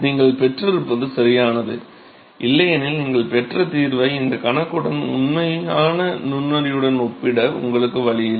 நீங்கள் பெற்றிருப்பது சரியானது இல்லையெனில் நீங்கள் பெற்ற தீர்வை இந்த கணக்குடன் உண்மையான நுண்ணறிவுடன் ஒப்பிட உங்களுக்கு வழி இல்லை